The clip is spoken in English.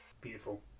Beautiful